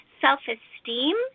self-esteem